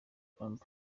trump